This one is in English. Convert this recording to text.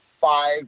five